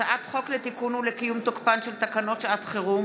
הצעת חוק לתיקון ולקיום תוקפן של תקנות שעת חירום